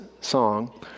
song